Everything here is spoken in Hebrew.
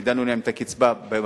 הגדלנו להם את הקצבה ב-28%.